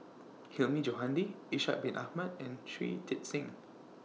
Hilmi Johandi Ishak Bin Ahmad and Shui Tit Sing